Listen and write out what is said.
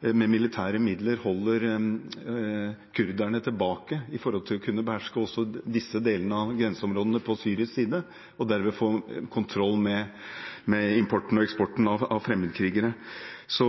med militære midler holder kurderne tilbake med hensyn til å kunne beherske også disse delene av grenseområdene på syrisk side og derved får kontroll med importen og eksporten av fremmedkrigere. Så